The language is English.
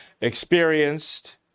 Experienced